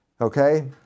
Okay